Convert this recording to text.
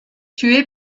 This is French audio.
tué